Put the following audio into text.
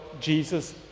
Jesus